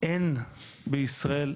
אין בישראל,